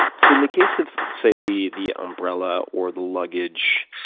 so in the case of, let's say, the the umbrella or the luggage,